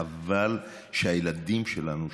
חבל שהילדים שלנו,